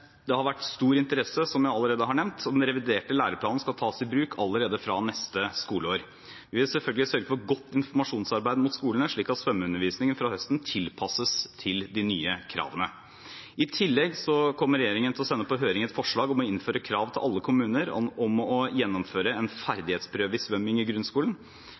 Det har vært stor interesse, som jeg allerede har nevnt, og den reviderte læreplanen skal tas i bruk allerede fra neste skoleår. Vi vil selvfølgelig sørge for et godt informasjonsarbeid mot skolene, slik at svømmeundervisningen fra høsten av tilpasses til de nye kravene. I tillegg kommer regjeringen til å sende på høring et forslag om å innføre krav til alle kommuner om å gjennomføre en ferdighetsprøve i svømming i grunnskolen.